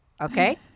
Okay